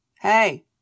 Hey